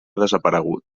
desaparegut